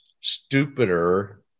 stupider